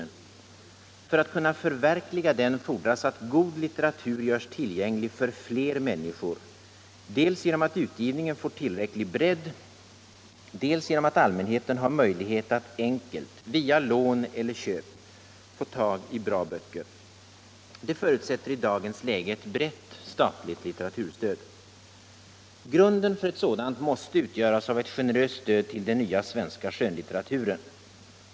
För att kunna förverkliga den fordras att god litteratur görs tillgänglig för fler människor, dels genom att utgivningen får tillräcklig bredd, dels genom att allmänheten har möjlighet att enkelt — via lån eller köp — få tag i bra böcker. Det förutsätter i dagens läge eu brett statligt litteraturstöd. Grunden för ett sådant måste utgöras av ett generöst stöd till den nya svenska skönlitteraturen.